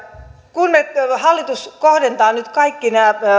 kun hallitus kohdentaa nyt kaikki nämä